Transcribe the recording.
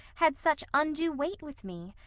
had such undue weight with me.